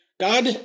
God